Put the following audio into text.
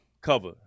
cover